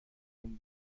این